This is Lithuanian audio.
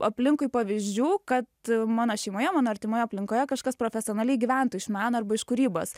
aplinkui pavyzdžių kad mano šeimoje mano artimoje aplinkoje kažkas profesionaliai gyventų iš iš meno arba iš kūrybos